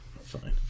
Fine